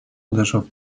uderzał